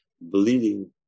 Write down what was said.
bleeding